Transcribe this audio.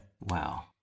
Wow